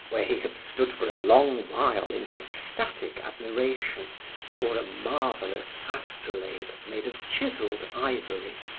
where he had stood for a long while in ecstatic admiration before a marvelous astrolabe made of chiseled ivory,